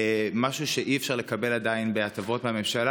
משהו שעדיין אי-אפשר לקבל בהטבות מהממשלה,